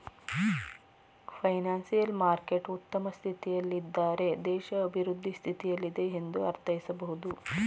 financial market ಉತ್ತಮ ಸ್ಥಿತಿಯಲ್ಲಿದ್ದಾರೆ ದೇಶ ಅಭಿವೃದ್ಧಿ ಸ್ಥಿತಿಯಲ್ಲಿದೆ ಎಂದು ಅರ್ಥೈಸಬಹುದು